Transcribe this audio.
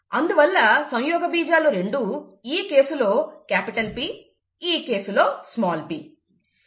అందువల్ల సంయోగబీజాలు రెండు ఈ కేసులో క్యాపిటల్ P ఈ కేసులో స్మాల్ p